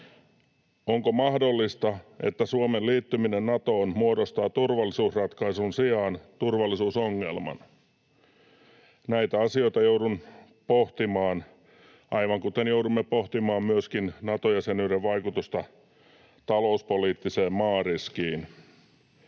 Onko mahdollista, että Suomen liittyminen Natoon muodostaa turvallisuusratkaisun sijaan turvallisuusongelman? Näitä asioita joudun pohtimaan, aivan kuten joudumme pohtimaan myöskin Nato-jäsenyyden vaikutusta talouspoliittiseen maariskiin.